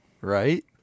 Right